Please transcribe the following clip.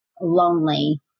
lonely